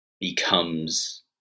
becomes